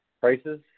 prices